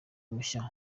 mushya